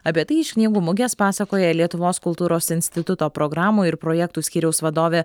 apie tai iš knygų mugės pasakoja lietuvos kultūros instituto programų ir projektų skyriaus vadovė